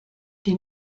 den